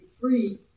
free